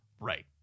Right